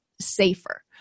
safer